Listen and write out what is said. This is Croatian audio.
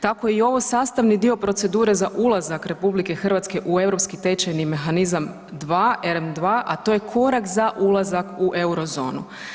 Tako je i ovo sastavni dio procedure za ulazak RH u Europski tečajni mehanizam 2, ERM 2, a to je korak za ulazak u Eurozonu.